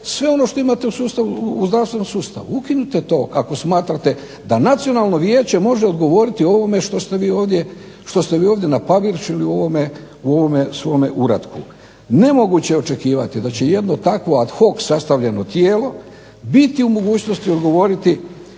sve ono što imate u zdravstvenom sustavu. Ukinite to ako smatrate da Nacionalno vijeće može odgovoriti o ovome što ste vi ovdje .../Govornik se ne razumije./... u ovome svome uratku. Nemoguće je očekivati da će jedno tako ad hoc sastavljeno tijelo biti u mogućnosti odgovoriti